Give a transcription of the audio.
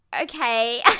okay